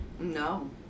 No